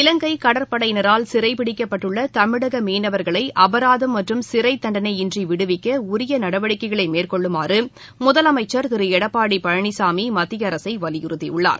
இலங்கை கடற்படையினரால் சிறை பிடிக்கப்பட்டுள்ள தமிழக மீனவர்களை அபராதம் மற்றும் சிறை தண்டனை இன்றி விடுவிக்க உரிய நடவடிக்கைகளை மேற்கொள்ளுமாறு முதலமைச்சர் திரு எடப்பாடி பழனிசாமி மத்திய அரசை வலியுறுத்தியுள்ளார்